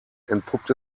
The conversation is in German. entpuppt